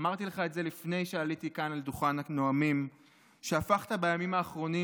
אמרתי לך לפני שעליתי כאן על דוכן הנואמים שהפכת בימים האחרונים